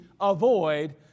avoid